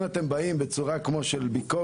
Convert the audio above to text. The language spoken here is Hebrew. אם אתם באים בצורה של ביקורת,